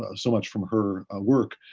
ah so much from her work.